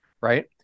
Right